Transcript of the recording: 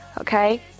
Okay